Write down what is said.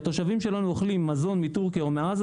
כשהתושבים שלנו אוכלים מזון מטורקיה או מעזה,